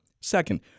Second